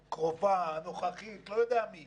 הקרובה, הנוכחית, לא יודע מי